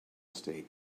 state